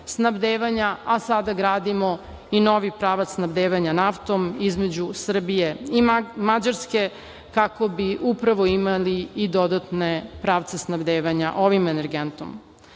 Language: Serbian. a sada gradimo i novi pravac snabdevanja naftom između Srbije i Mađarske kako bi upravo imali i dodatne pravde snabdevanja ovim energentom. Radimo